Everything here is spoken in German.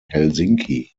helsinki